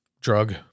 Drug